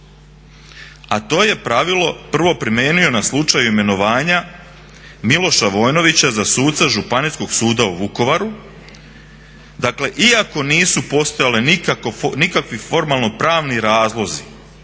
A to je pravilo prvo primijenio na slučaj imenovanja Miloša Vojnovića za suca Županijskog suda u Vukovaru, dakle iako nisu postojali nikakvi formalno pravni razlozi